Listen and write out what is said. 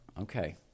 Okay